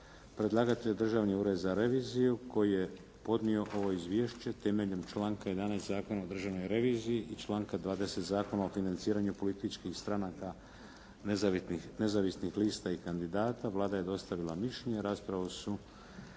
Predlagatelj Državni ured za reviziju koji je podnio ovo izvješće temeljem članka 11. Zakona o državnoj reviziji i članka 20. Zakona o financiranju političkih stranaka nezavisnih lista i kandidata. Vlada je dostavila mišljenje. Raspravu su